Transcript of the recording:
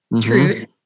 truth